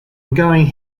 ongoing